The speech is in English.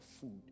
food